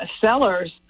sellers